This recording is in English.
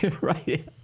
Right